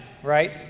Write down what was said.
right